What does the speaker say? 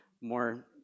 more